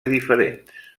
diferents